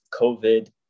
COVID